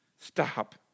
Stop